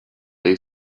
they